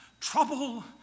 trouble